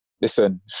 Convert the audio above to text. listen